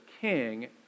king